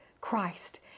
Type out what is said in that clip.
Christ